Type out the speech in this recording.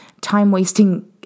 time-wasting